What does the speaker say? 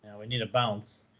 and we need a balance.